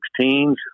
16s